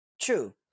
true